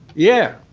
yeah,